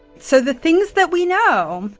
so the things that we know,